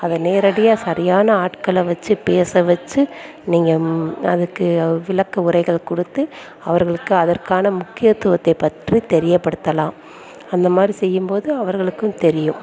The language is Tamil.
அதை நேரடியாக சரியான ஆட்களை வச்சு பேச வச்சு நீங்கள் அதுக்கு விளக்க உரைகள் கொடுத்து அவர்களுக்கு அதற்கான முக்கியத்துவத்தைப் பற்றி தெரியப்படுத்தலாம் அந்த மாதிரி செய்யும் போது அவர்களுக்கும் தெரியும்